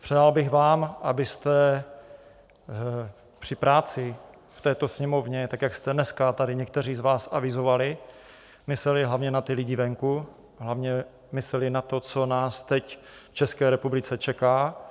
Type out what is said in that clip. Přál bych vám, abyste při práci v této Sněmovně tak, jak jste dneska tady někteří z vás avizovali, mysleli hlavně na ty lidi venku, hlavně mysleli na to, co nás teď v České republice čeká.